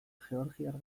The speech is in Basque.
georgiar